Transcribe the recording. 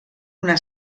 una